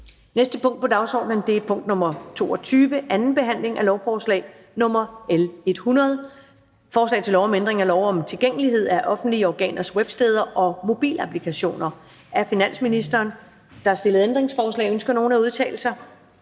næste punkt på dagsordenen er: 22) 2. behandling af lovforslag nr. L 100: Forslag til lov om ændring af lov om tilgængelighed af offentlige organers websteder og mobilapplikationer. (Justering af undtagelse for tredjepartsindhold på